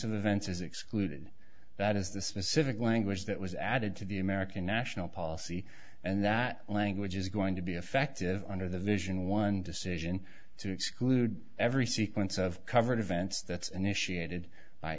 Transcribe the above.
of events is excluded that is the specific language that was added to the american national policy and that language is going to be affective under the vision one decision to exclude every sequence of coverage events that's initiated by